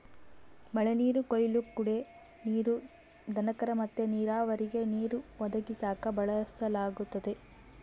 ಮಳೆನೀರು ಕೊಯ್ಲು ಕುಡೇ ನೀರು, ದನಕರ ಮತ್ತೆ ನೀರಾವರಿಗೆ ನೀರು ಒದಗಿಸಾಕ ಬಳಸಲಾಗತತೆ